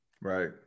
Right